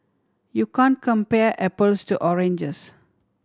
you can't compare apples to oranges